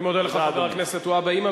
אני מודה לך, חבר הכנסת והבה.